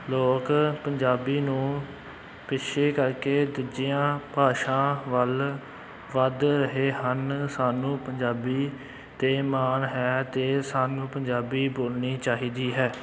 ਲੋਕ ਪੰਜਾਬੀ ਨੂੰ ਪਿੱਛੇ ਕਰਕੇ ਦੂਜੀਆਂ ਭਾਸ਼ਾ ਵੱਲ ਵੱਧ ਰਹੇ ਹਨ ਸਾਨੂੰ ਪੰਜਾਬੀ 'ਤੇ ਮਾਣ ਹੈ ਅਤੇ ਸਾਨੂੰ ਪੰਜਾਬੀ ਬੋਲਣੀ ਚਾਹੀਦੀ ਹੈ